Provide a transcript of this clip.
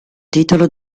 titolo